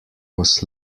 was